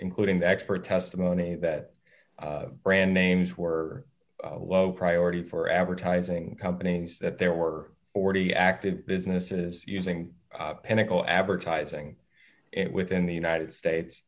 including the expert testimony that brand names were low priority for advertising companies that there were already active businesses using pinnacle advertising it within the united states